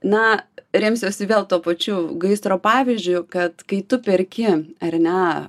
na remsiuosi vėl tuo pačiu gaisro pavyzdžiui kad kai tu perki ar ne